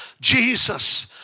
Jesus